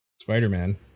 Spider-Man